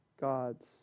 gods